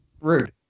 Rude